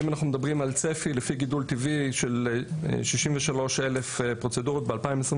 אם אנחנו מדברים על צפי לפי גידול טבעי של 63,000 פרוצדורות ב-2023,